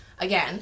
Again